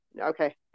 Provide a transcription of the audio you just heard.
okay